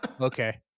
Okay